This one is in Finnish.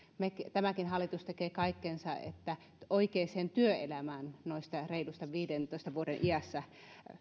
tämäkin hallitus tekee kaikkensa että oikeaan työelämään noista reilun viidentoista vuoden iässä olevista